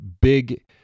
big